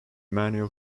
manual